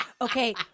Okay